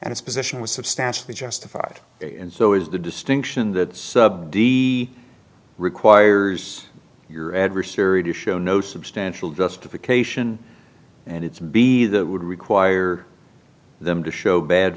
and his position was substantially justified and so is the distinction that he requires your adversary to show no substantial justification and it's be that would require them to show bad